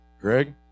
Greg